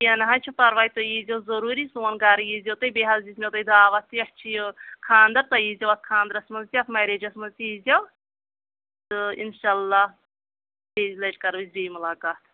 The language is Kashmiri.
کینٛہہ نہ حظ چھِ پَرواے تُہۍ یی زیو ضٔروٗری سون گَرٕ یی زیو تُہۍ بیٚیہِ حظ دِژ مےٚ تۄہہِ دعوت تہِ اَسہِ چھِ یہِ خاندَر تُہۍ یی زیو اَتھ خاندرَس منٛز تہِ اَتھ مَریجَس منٛز تہِ یی زیو تہٕ اِنشاءاللہ بیٚیہِ زِ لَٹہِ کَرو أسی بیٚیہِ مُلاقات